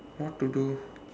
what to do